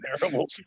terrible